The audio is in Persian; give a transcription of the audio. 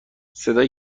صدای